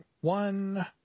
one